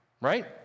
right